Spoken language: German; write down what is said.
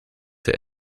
der